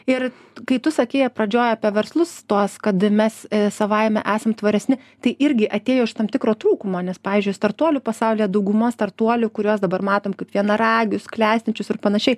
ir kai tu sakėje pradžioj apie verslus tuos kad mes savaime esam tvaresni tai irgi atėjo iš tam tikro trūkumo nes pavyzdžiui startuolių pasaulyje dauguma startuolių kuriuos dabar matom kaip vienaragius klestinčius ir panašiai